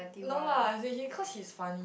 no lah as in he cause he's funny